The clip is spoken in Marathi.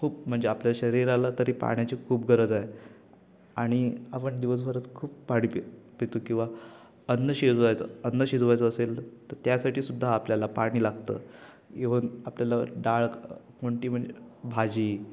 खूप म्हणजे आपल्या शरीराला तरी पाण्याची खूप गरज आय आणि आपण दिवसभरात खूप पाणी पी पितो किंवा अन्न शिजवायचं अन्न शिजवायचं असेल तर त्यासाठी सुद्धा आपल्याला पाणी लागतं इवन आपल्याला डाळ कोणती म्हणजे भाजी